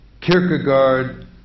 Kierkegaard